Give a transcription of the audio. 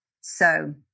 So-